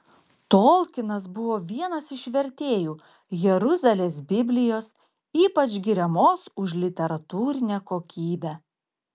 tolkinas buvo vienas iš vertėjų jeruzalės biblijos ypač giriamos už literatūrinę kokybę